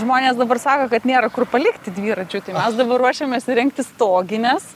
žmonės dabar sako kad nėra kur palikti dviračių tai mes dabar ruošiamės įrengti stogines